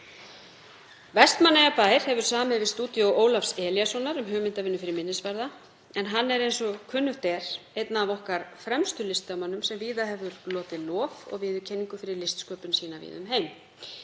Vestmannaeyjabær hefur samið við Stúdíó Ólafs Elíassonar um hugmyndavinnu fyrir minnisvarða, en hann er, eins og kunnugt er, einn af okkar fremstu listamönnum sem hefur hlotið lof og viðurkenningu fyrir listsköpun sína víða um heim.